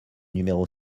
numéro